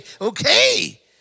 Okay